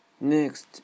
Next